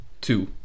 two